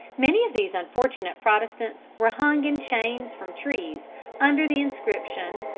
many of these unfortunate protestants were hung in chains from trees under the inscription,